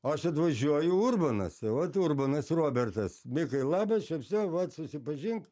aš atvažiuoju urbonas vat durbanas robertas mikai labas čia vsio vat susipažink